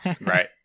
Right